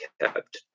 kept